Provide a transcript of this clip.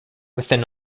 within